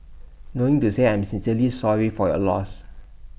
knowing to say I am sincerely sorry for your loss